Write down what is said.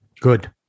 Good